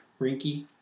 Rinky